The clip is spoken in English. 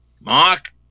Mark